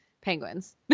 penguins